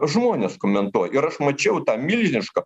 žmonės komentuoja ir aš mačiau tą milžinišką